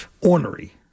ornery